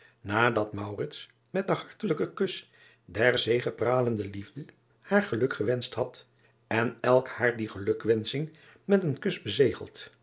met den hartelijken kus der zegepralende liefde haar gelukgewenscht had en elk haar die gelukwensching met een kus bezegeld